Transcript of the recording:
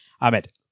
Ahmed